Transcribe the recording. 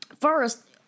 First